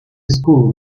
school